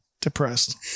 depressed